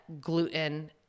gluten